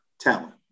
talent